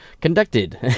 conducted